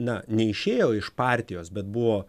na neišėjo iš partijos bet buvo